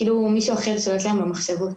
כאילו מישהו אחר שולט להם במחשבות.